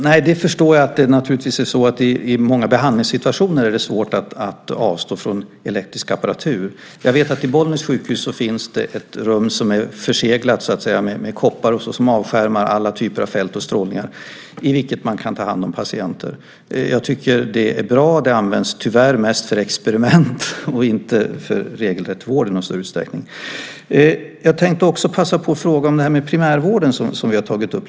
Herr talman! Jag förstår att det naturligtvis i många behandlingssituationer är svårt att avstå från elektrisk apparatur. Vid Bollnäs sjukhus finns ett rum som är förseglat med koppar och avskärmat från alla typer av fält och från strålning. Där kan man ta hand om patienter. Jag tycker att det är bra. Tyvärr används det mest för experiment, inte för regelrätt vård i någon större utsträckning. Jag tänkte passa på att fråga om primärvården som vi lite grann tagit upp.